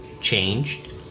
changed